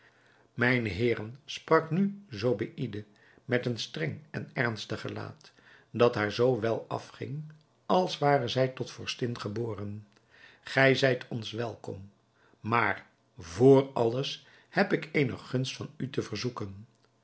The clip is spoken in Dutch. mijne heeren sprak nu zobeïde met een streng en ernstig gelaat dat haar zoo wel afging als ware zij tot vorstin geboren gij zijt ons welkom maar vr alles heb ik eene gunst van u te verzoeken